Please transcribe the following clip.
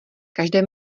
každé